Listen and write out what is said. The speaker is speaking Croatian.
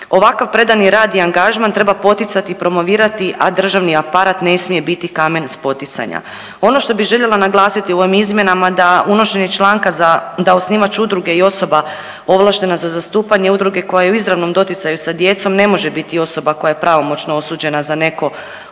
Ovakav predani rad i angažman treba poticati i promovirati, a državni aparat ne smije biti kamen spoticanja. Ono što bi željela naglasiti u ovim izmjenama da unošenje članka za, da osnivač udruge i osoba ovlaštena za zastupanje udruge koja je u izravnom doticaju sa djecom ne može biti osoba koja je pravomoćno osuđena za neko